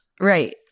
Right